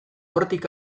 hortik